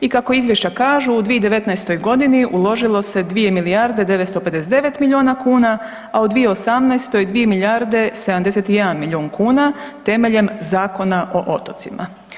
I kako izvješća kažu, u 2019.g. uložilo se 2 milijarde 959 milijuna kuna, a u 2018. 2 milijarde 71 milijun kuna temeljem Zakona o otocima.